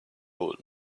old